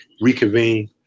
reconvene